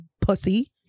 pussy